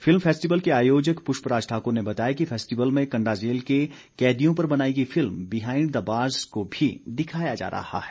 film festival के आयोजक पुष्पराज ठाकुर ने बताया कि फेस्टिवल में कंडा जेल के कैदियों पर बनाई गई फिल्म बिहाइंड द बार्स को भी दिखाया जा रहा है